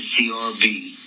CRB